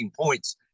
points